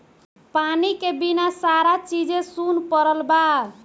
पानी के बिना सारा चीजे सुन परल बा